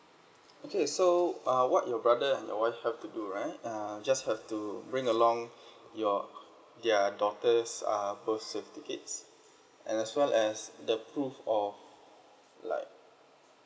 okay so uh what your brother and your wife have to do right um just have to bring along your ya daughter's uh birth certificates and as well as the proof of like